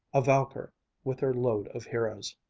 a valkyr with her load of heroes.